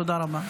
תודה רבה.